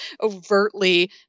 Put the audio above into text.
overtly